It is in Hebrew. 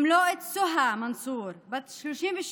גם לא את סוהא מנסור, בת 38,